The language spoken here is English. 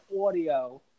Audio